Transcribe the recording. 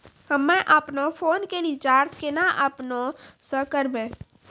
हम्मे आपनौ फोन के रीचार्ज केना आपनौ से करवै?